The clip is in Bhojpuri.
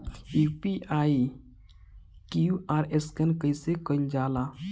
यू.पी.आई क्यू.आर स्कैन कइसे कईल जा ला?